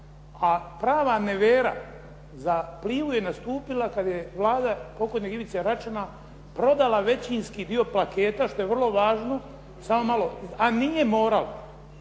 A prava nevera za Plivu je nastupila kada je Vlada pokojnog Ivice Račana prodala većinski dio paketa, što je vrlo važno. Samo malo,